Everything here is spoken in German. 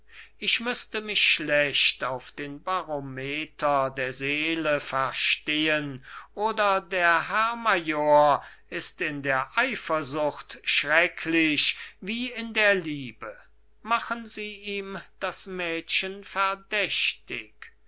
ich müßte mich schlecht auf den barometer der seele verstehen oder der herr major ist in der eifersucht schrecklich wie in der liebe machen sie ihm das mädchen